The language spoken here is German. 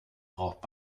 braucht